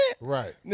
Right